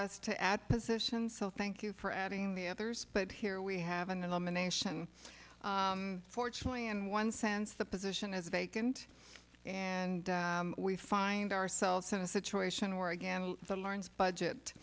us to add positions thank you for adding the others but here we have a nomination fortunately in one sense the position is a vacant and we find ourselves in a situation where again the learns budget